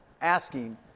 asking